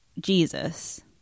Jesus